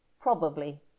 Probably